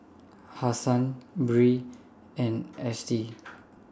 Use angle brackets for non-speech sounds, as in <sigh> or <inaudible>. Hassan Bree and Estie <noise>